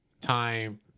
time